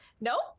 Nope